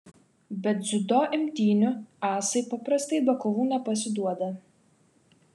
bet dziudo imtynių asai paprastai be kovų nepasiduoda